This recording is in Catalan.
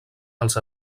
als